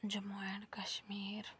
Jammu and Kashmir